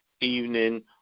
evening